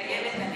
מתחייבת אני.